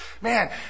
Man